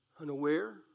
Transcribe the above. Unaware